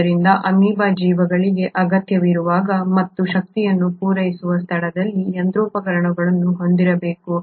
ಆದ್ದರಿಂದ ಅಮೀಬಾ ಜೀವಿಗಳಿಗೆ ಅಗತ್ಯವಿರುವಾಗ ಮತ್ತು ಶಕ್ತಿಯನ್ನು ಪೂರೈಸುವ ಸ್ಥಳದಲ್ಲಿ ಯಂತ್ರೋಪಕರಣಗಳನ್ನು ಹೊಂದಿರಬೇಕು